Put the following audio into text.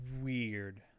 weird